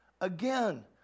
again